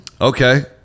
Okay